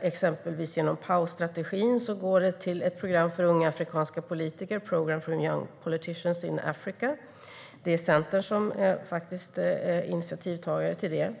Till exempel PAO-strategin går till ett program för unga afrikanska politiker, Programme for Young Politicians in Africa. Det är Centern som är initiativtagare.